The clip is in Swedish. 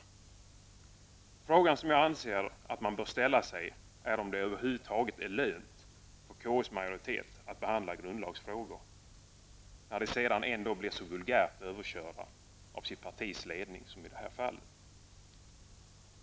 En fråga som jag anser att man bör ställa sig är om det över huvud taget är lönt för KUs majoritet att behandla grundlagsfrågor, när de sedan ändå blir så vulgärt överkörda av sitt eget partis ledning som i det här fallet.